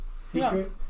Secret